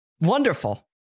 wonderful